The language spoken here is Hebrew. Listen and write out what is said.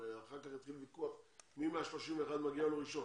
הרי אחר כך יתחיל ויכוח מי מה-31 מגיע לו ראשון.